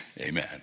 Amen